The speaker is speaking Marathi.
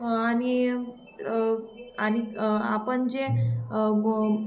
आणि आन आपण जे ग